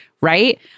right